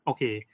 Okay